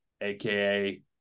aka